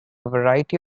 variety